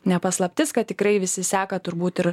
ne paslaptis kad tikrai visi seka turbūt ir